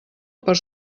per